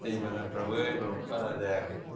दैबानाफ्राबो एबाराव बारा जायाखै